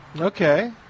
Okay